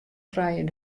trijen